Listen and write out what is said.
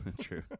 true